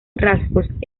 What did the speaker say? rasgos